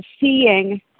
seeing –